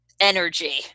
energy